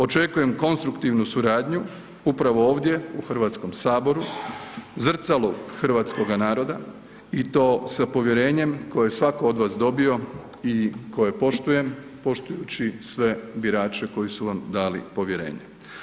Očekujem konstruktivnu suradnju, upravo ovdje u HS-u, zrcalu hrvatskoga naroda i to sa povjerenjem koje je svatko od vas dobio i koje poštujem poštujući sve birače koji su vam dali povjerenje.